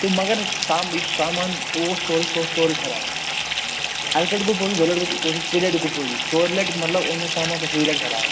تہٕ مگر یُس یُس سامان اوس سورُے سُہ اوس سورُے خراب اَکہِ لٹہِ گوٚو پوٚزُے دۄیہِ لٹہِ گوٚو پوٚزُے ترٛییہِ لٹہِ تہِ گوٚو پوٚزُے ژورِ لٹہِ مطلب اوٚن مےٚ سامان تہٕ ییٚمہِ لٹہِ تہِ خراب